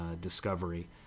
discovery